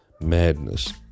madness